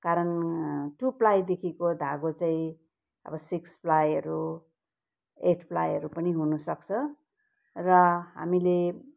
कारण टू प्लाईदेखिको धागो चाहिँ अब सिक्स प्लाईहरू एट प्लाईहरू पनि हुनुसक्छ र हामीले